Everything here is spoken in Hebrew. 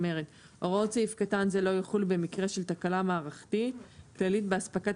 ש"הוראות סעיף קטן זה לא יחולו במקרה של תקלה מערכתית כללית באספקת